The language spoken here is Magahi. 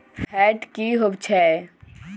फैट की होवछै?